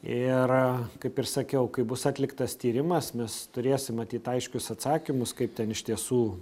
ir kaip ir sakiau kai bus atliktas tyrimas mes turėsim matyt aiškius atsakymus kaip ten iš tiesų